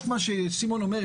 יש מה שסימון אומר,